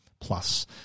Plus